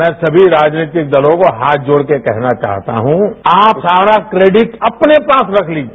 मैं सभी राजनैतिक दलों को हाथ जोड़कर कहना चाहता हूं आप सारा क्रैडिट अपने पास रख लीजिये